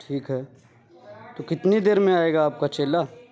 ٹھیک ہے تو کتنی دیر میں آئے گا آپ کا چیلا